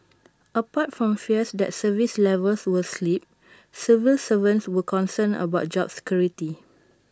apart from fears that service levels would slip civil servants were concerned about job security